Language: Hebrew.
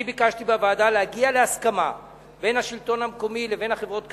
אני ביקשתי בוועדה להגיע להסכמה בין השלטון המקומי לבין החברות קדישא,